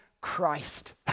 Christ